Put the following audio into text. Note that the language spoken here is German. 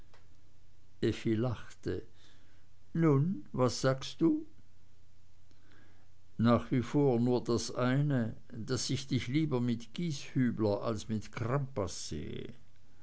effi lachte nun was sagst du nach wie vor nur das eine daß ich dich lieber mit gieshübler als mit crampas sehe